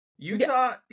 Utah –